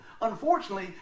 Unfortunately